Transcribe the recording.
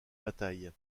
batailles